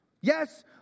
Yes